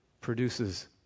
produces